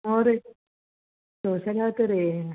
how ರೀ tuition ಹಾಕಿ ರೀ